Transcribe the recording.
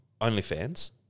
OnlyFans